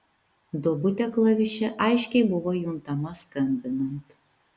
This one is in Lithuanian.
duobutė klaviše aiškiai buvo juntama skambinant